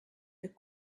that